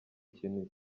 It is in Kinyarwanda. ikintu